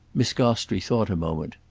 miss gostrey thought a moment.